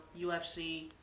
UFC